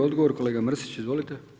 Odgovor kolega Mrsić, izvolite.